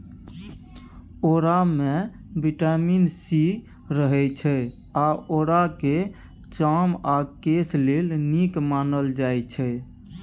औरामे vitamin C रहय छै आ औराकेँ चाम आ केस लेल नीक मानल जाइ छै